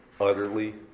utterly